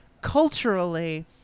culturally